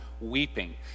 weeping